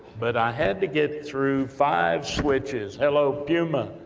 but i had to get through five switches. hello puma,